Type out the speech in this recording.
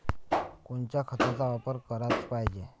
कोनच्या खताचा वापर कराच पायजे?